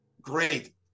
Great